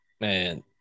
Man